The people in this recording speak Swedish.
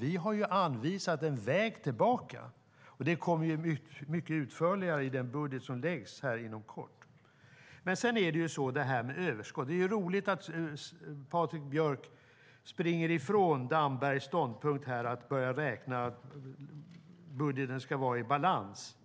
Vi har anvisat en väg tillbaka, och den beskrivs utförligt i den budget som läggs fram här inom kort. Sedan har vi det här med överskott. Det är roligt att Patrik Björck springer ifrån Dambergs ståndpunkt att börja räkna att budgeten ska vara i balans.